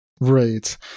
Right